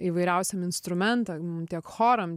įvairiausiem instrumentam tiek choram